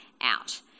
out